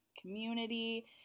community